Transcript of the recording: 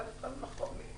ואז התחלנו לחקור.